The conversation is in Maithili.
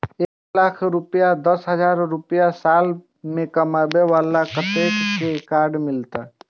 एक लाख दस हजार रुपया साल में कमाबै बाला के कतेक के कार्ड मिलत?